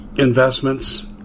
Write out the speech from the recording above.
investments